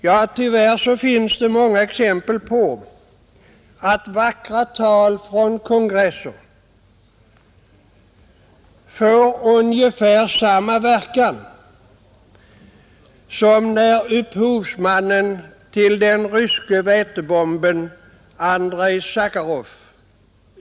Ja, tyvärr finns det många exempel på att vackra tal vid kongresser får ungefär samma verkan som ett uttalande i en rapport vid ett tillfälle från upphovsmannen till den ryska vätebomben, Andrej Sacharov.